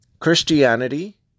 christianity